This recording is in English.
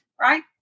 right